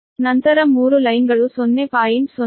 ನಂತರ 3 ಲೈನ್ಗಳು 0